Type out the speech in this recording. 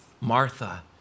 Martha